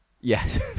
Yes